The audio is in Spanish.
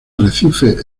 arrecifes